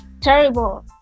terrible